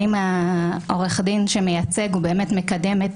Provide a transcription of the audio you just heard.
האם עוה"ד שמייצג הוא באמת מקדם את